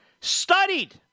studied